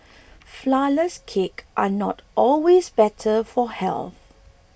Flourless Cakes are not always better for health